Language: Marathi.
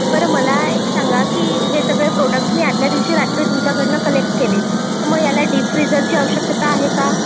बरं मला एक सांगा की हे सगळे प्रोडक्ट मी आदल्या दिवशी रात्री तुमच्याकडनं कलेक्ट केले तर मग याला डीप फ्रीझरची आवश्यकता आहे का